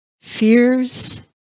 fears